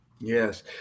Yes